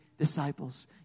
Disciples